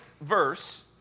verse